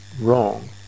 wrong